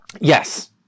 Yes